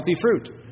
fruit